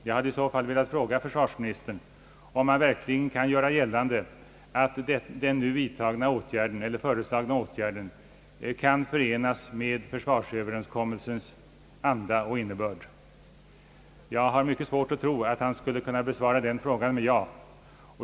Jag hade i så fall velat fråga försvarsministern, om han verkligen vill göra gällande att den nu föreslagna åtgärden kan förenas med försvarsöverenskommelsens anda och innebörd. Jag har mycket svårt att tro, att försvarsministern skulle ha kunnat besvara den frågan med ja.